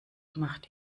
macht